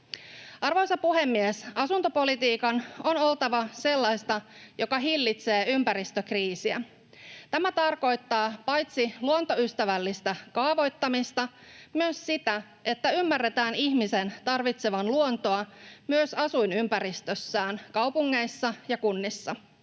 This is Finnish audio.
Arvoisa puhemies! Asuntopolitiikan on oltava sellaista, että se hillitsee ympäristökriisiä. Tämä tarkoittaa paitsi luontoystävällistä kaavoittamista myös sitä, että ymmärretään ihmisen tarvitsevan luontoa myös asuinympäristössään kaupungeissa ja kunnissa.